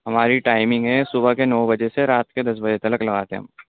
ہماری ٹائمنگ ہے صبح کے نو بجے سے رات کے دس بجے تک لگاتے ہیں ہم